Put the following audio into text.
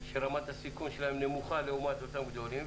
שרמת הסיכון שלהם נמוכה לעומת אותם גדולים.